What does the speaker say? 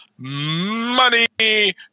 money